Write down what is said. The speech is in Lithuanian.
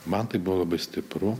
man tai buvo labai stipru